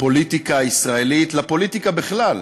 לפוליטיקה הישראלית, לפוליטיקה בכלל,